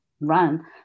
run